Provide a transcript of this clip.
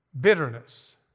bitterness